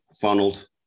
funneled